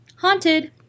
Haunted